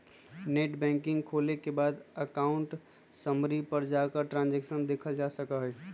net banking खोले के बाद अकाउंट समरी पर जाकर ट्रांसैक्शन देखलजा सका हई